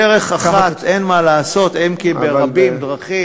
דרך אחת, אין מה לעשות, אם כי ברבים דרכים,